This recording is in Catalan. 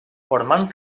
formant